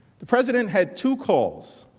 the president had two goals